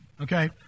okay